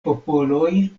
popoloj